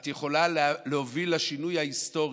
את יכולה להוביל לשינוי ההיסטורי,